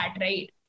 right